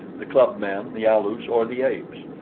the club-men, the alus or the apes.